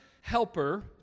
helper